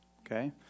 okay